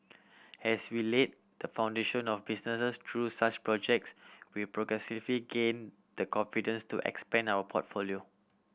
as we laid the foundation of businesses through such projects we progressively gain the confidence to expand our portfolio